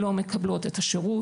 לא מקבלות את השירות.